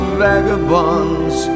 vagabonds